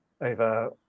over